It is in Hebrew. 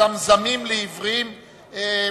(זמזמים לעיוורים),